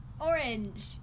Orange